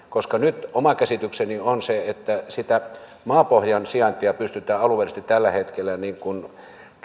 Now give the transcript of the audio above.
koska nyt oma käsitykseni on se että sitä maapohjan sijaintia pystytään alueellisesti tällä hetkellä